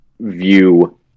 view